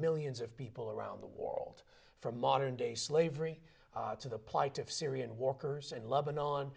millions of people around the war from modern day slavery to the plight of syrian war curse and lebannon